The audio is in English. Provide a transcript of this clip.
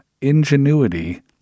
ingenuity